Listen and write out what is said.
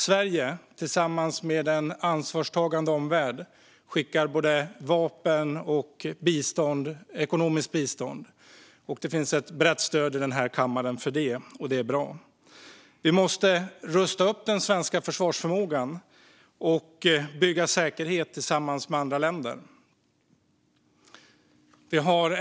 Sverige skickar tillsammans med en ansvarstagande omvärld både vapen och ekonomiskt bistånd. Det finns ett brett stöd i den här kammaren för det, och det är bra. Vi måste rusta upp den svenska försvarsförmågan och bygga säkerhet tillsammans med andra länder.